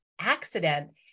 accident